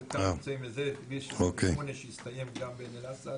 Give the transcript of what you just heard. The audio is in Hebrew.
חלקם נמצאים בכביש שמונה שהסתיים שם בעין אל-אסד.